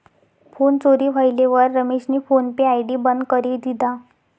phone चोरी व्हयेलवर रमेशनी फोन पे आय.डी बंद करी दिधा